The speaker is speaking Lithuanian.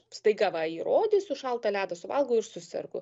staiga va įrodysiu šaltą ledą suvalgau ir susergu